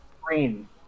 green